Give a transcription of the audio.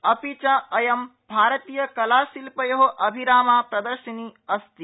अपि च अयं भारतीय कलाशिल्पयो अभिरामा प्रदर्शिनी अस्ति